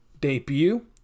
debut